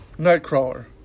nightcrawler